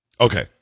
Okay